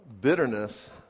bitterness